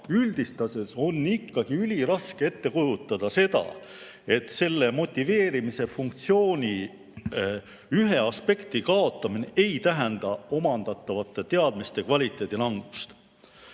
üldistades on ikkagi üliraske ette kujutada, et motiveerimise funktsiooni ühe aspekti kaotamine ei tähenda omandatavate teadmiste kvaliteedi langust.